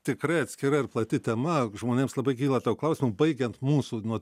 tikrai atskira ir plati tema žmonėms labai kyla daug klausimų baigiant mūsų nuo